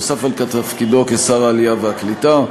נוסף על תפקידו כשר העלייה והקליטה,